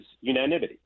unanimity